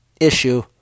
issue